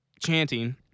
chanting